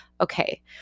okay